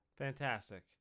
Fantastic